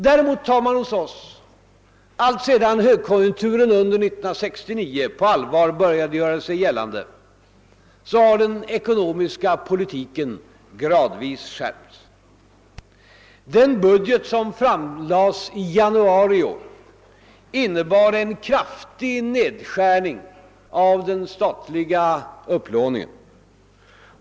Däremot har hos oss, alltsedan högkonjunkturen år 1969 på allvar började göra sig gällande, den ekonomiska politiken gradvis skärpts. Den budget som framlades i januari i år innebar en kraftig nedskärning av den statliga upplåningen.